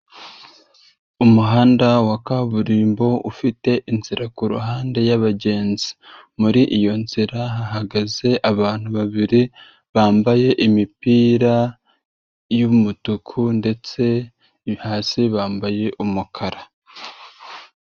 Umuhanda wa kaburimbo, ufite inzira ku ruhande y'abagenzi, muri iyo nzira hahagaze abantu babiri bambaye imipira y'umutuku ndetse hasi bambaye umukara.